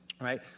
right